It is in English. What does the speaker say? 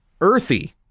earthy